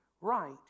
right